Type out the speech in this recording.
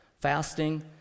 Fasting